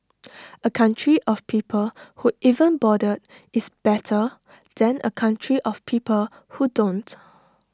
A country of people who even bother is better than A country of people who don't